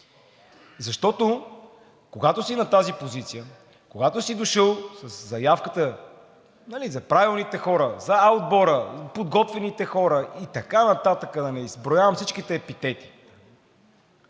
Защото, когато си на тази позиция, когато си дошъл със заявката за правилните хора, за „А отбора“, подготвените хора и така нататък, да не изброявам всичките епитети,